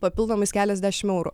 papildomais keliasdešim eurų